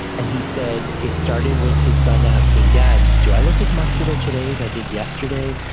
and he said it started with his son asking, dad, do i look as muscular today as i did yesterday?